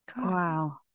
Wow